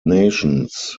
nations